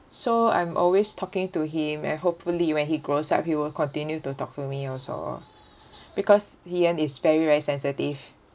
so I'm always talking to him and hopefully when he grows up he will continue to talk to me also because ian is very very sensitive